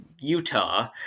Utah